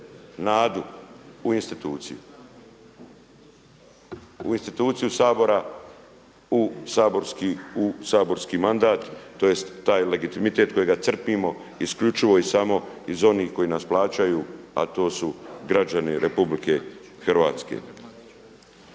nadu u instituciju. U instituciju Sabora, u saborski mandat, tj. taj legitimitet kojega crpimo isključivo i samo iz onih koji nas plaćaju a to su građani RH.